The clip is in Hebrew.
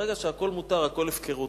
וברגע שהכול מותר, הכול הפקרות.